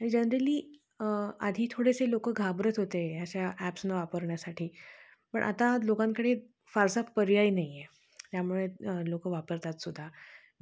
आणि जनरली आधी थोडेसे लोक घाबरत होते अशा ॲप्सना वापरण्यासाठी पण आता लोकांकडे फारसा पर्याय नाही आहे त्यामुळे लोक वापरतात सुद्धा